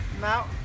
Now